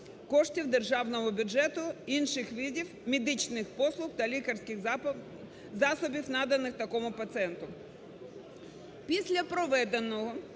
державного бюджету,